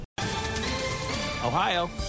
Ohio